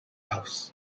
house